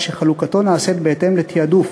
שחלוקתו נעשית בהתאם לתעדוף